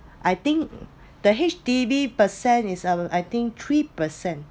I think the H_D_B percent is uh I think three percent